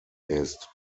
ist